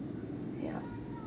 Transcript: ya